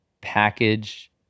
package